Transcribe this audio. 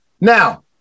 Now